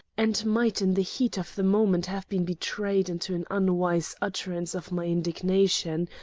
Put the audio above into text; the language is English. and might in the heat of the moment have been betrayed into an unwise utterance of my indignation,